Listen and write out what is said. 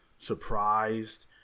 surprised